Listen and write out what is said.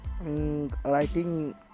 writing